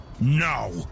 now